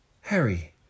Harry